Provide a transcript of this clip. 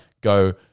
go